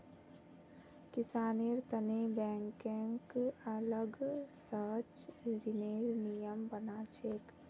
किसानेर तने बैंकक अलग स ऋनेर नियम बना छेक